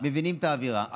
מבינים את האווירה.